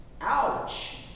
Ouch